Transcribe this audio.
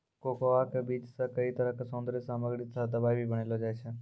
cocoa के बीज सॅ कई तरह के सौन्दर्य सामग्री तथा दवाई भी बनैलो जाय छै